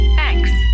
Thanks